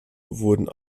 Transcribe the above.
wurden